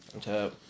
Tap